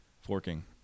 Forking